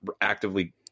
actively